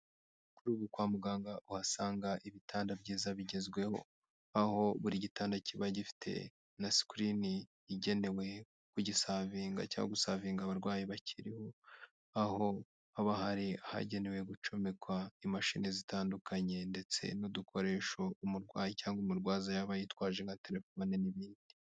Kuri ubu kwa muganga uhasanga ibitanda byiza bigezweho, aho buri gitanda kiba gifite na sikurini igenewe kugisavinga, cyangwa gusavinga abarwayi bakiriho, aho haba hari ahagenewe gucomekwa imashini zitandukanye, ndetse n'udukoresho umurwayi cyangwa umurwaza yaba yitwaje nka telefone n'ibindi.